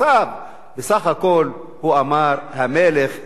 בסך הכול הוא אמר "המלך הוא עירום",